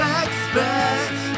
expect